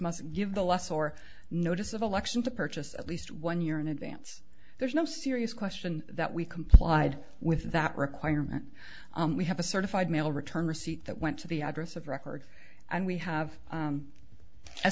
give the less or notice of election to purchase at least one year in advance there's no serious question that we complied with that requirement we have a certified mail return receipt that went to the address of record and we have